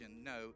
no